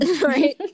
right